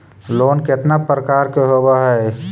Loan केतना प्रकार के होव हइ?